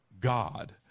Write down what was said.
god